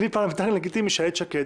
כלי פרלמנטרי לגיטימי של איילת שקד,